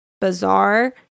bizarre